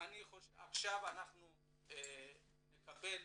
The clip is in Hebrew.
כעת נקבל